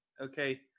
Okay